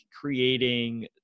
creating